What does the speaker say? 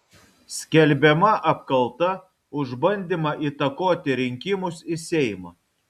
skelbiama apkalta už bandymą įtakoti rinkimus į seimą